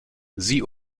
sie